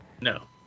No